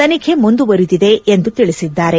ತನಿಖೆ ಮುಂದುವರೆದಿದೆ ಎಂದು ತಿಳಿಸಿದ್ದಾರೆ